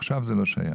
עכשיו זה לא שייך.